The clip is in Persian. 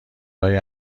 لای